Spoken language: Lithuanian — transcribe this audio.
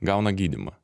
gauna gydymą